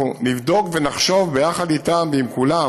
אנחנו נבדוק ונחשוב ביחד איתם ועם כולם